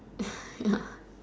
ya ya